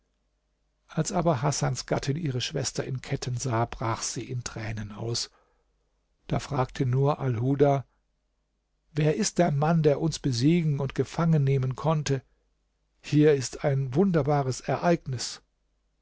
als aber hasans gattin ihre schwester in ketten sah brach sie in tränen aus da fragte nur alhuda wer ist der mann der uns besiegen und gefangennehmen konnte hier ist ein wunderbares ereignis